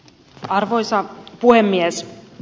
arvoisa puhemies